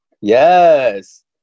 Yes